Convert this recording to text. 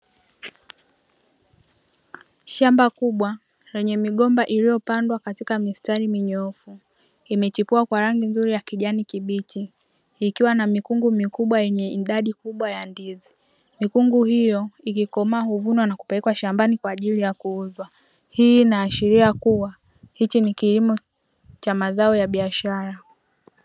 Shamba kubwa lenye migomba iliyopandwa katika mistari minyoofu. Imechipua kwa rangi nzuri ya kijani kibichi, ikiwa na mikungu mikubwa yenye idadi kubwa ya ndizi. Mikungu hiyo ikikomaa huvunwa na hupelekwa shambani kwa ajili ya kuuzwa. Hii inaashiria kuwa hiki ni kilimo cha mazao ya biashara.